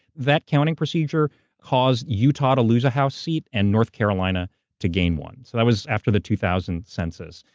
that a counting procedure caused utah to lose a house seat and north caroline ah to gain one. so that was after the two thousand census.